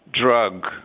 drug